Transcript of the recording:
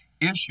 issue